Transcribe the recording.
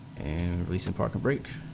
and we support and break